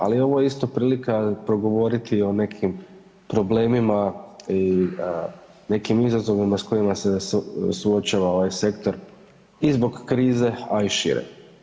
Ali ovo je isto prilika progovoriti o nekim problemima i nekim izazovima s kojima se suočava ovaj sektor i zbog krize, a i šire.